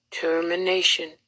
Termination